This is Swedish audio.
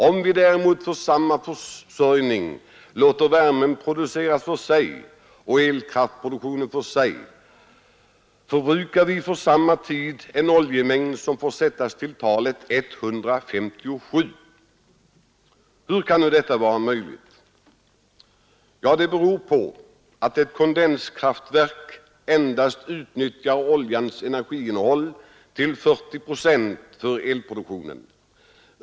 Om vi däremot för samma försörjning låter värmen produceras för sig och elkraften för sig förbrukar vi för samma tid en oljemängd som får sättas till talet 157. Hur kan då detta vara möjligt? Ja, det beror på att ett kondenskraftverk endast utnyttjar oljans energiinnehåll till 40 procent för elproduktionen.